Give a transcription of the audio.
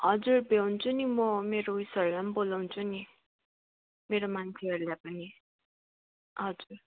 हजुर भ्याउँछु नि म मेरो उयोसहरूलाई बोलाउँछु नि मेरो मान्छेहरूलाई पनि हजुर